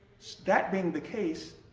that being the case,